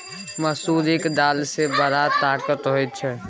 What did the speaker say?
मसुरीक दालि मे बड़ ताकत होए छै